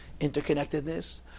interconnectedness